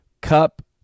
Cup